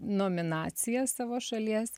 nominaciją savo šalies